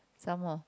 some more